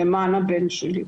למען הבן שלי.